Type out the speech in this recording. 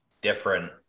different